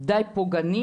די פוגעני